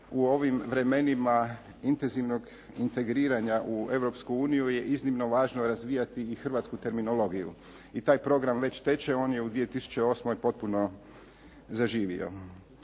u ovim vremenima intenzivnog integriranja u Europsku uniju je iznimno važno razvijati i hrvatsku terminologiju. I taj program već teče on je u 2008. potpuno zaživio.